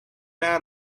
out